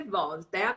volte